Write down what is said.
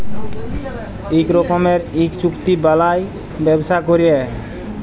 ইক রকমের ইক চুক্তি বালায় ব্যবসা ক্যরে